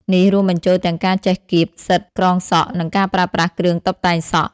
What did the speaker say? នេះរួមបញ្ចូលទាំងការចេះកៀប សិត ក្រងសក់ និងការប្រើប្រាស់គ្រឿងតុបតែងសក់។